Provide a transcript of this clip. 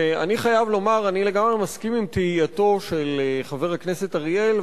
ואני חייב לומר: אני לגמרי מסכים עם תהייתו של חבר הכנסת אריאל,